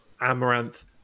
Amaranth